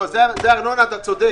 זו ארנונה, אתה צודק.